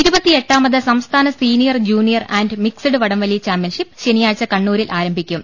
ഇരുപത്തി എട്ടാമത് സംസ്ഥാന സീനിയർ ജൂനിയർ ആന്റ് മിക്സഡ് വടംവലി ചാമ്പ്യൻഷിപ്പ് ശനിയാഴ്ച കണ്ണൂരിൽ ആരംഭിക്കും